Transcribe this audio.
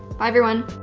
bye everyone.